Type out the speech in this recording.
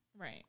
Right